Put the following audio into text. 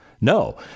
no